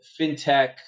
fintech